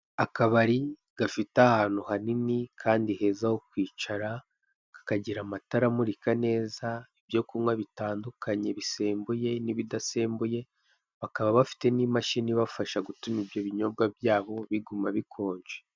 Akabari gafite ahantu hanini kandi heza ho kwicara, kakagira amatara amurika neza, ibyo kunywa bitandukanye bisembuye n'ibidasembuye. Bakaba bafite n'imashini ibafasha gutuma ibyo binyobwa byabo biguma bikonje.